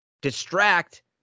Distract